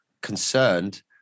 concerned